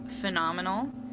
phenomenal